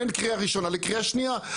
בין קריאה ראשונה לקריאה שנייה.